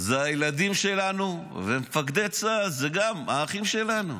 אלה הילדים שלנו, ומפקדי צה"ל הם גם האחים שלנו.